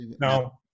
No